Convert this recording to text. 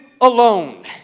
alone